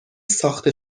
ساخته